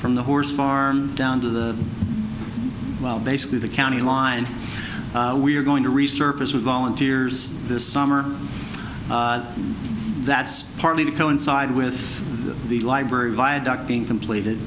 from the horse farm down to the well basically the county line we're going to resurface with volunteers this summer and that's partly to coincide with the library viaduct being completed